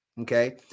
okay